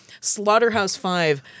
Slaughterhouse-Five